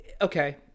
okay